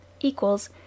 equals